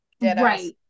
Right